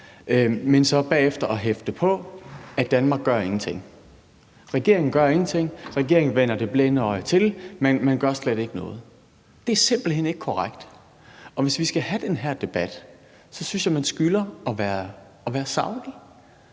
men så bagefter at hægte på, at Danmark ingenting gør. Regeringen gør ingenting, regeringen vender det blinde øje til, man gør slet ikke noget. Det er simpelt hen ikke korrekt. Og hvis vi skal have den her debat, synes jeg, man skylder at være saglig